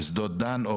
בשדות דן או